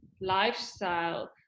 lifestyle